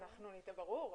זה ברור.